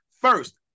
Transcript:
first